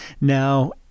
Now